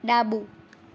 ડાબું